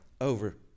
over